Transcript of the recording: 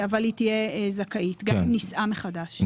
אבל היא תהיה זכאית גם אם נישאה מחדש.